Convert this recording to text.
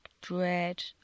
dread